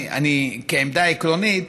כעמדה עקרונית,